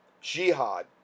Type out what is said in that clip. Jihad